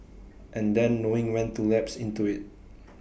and then knowing when to lapse into IT